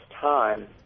time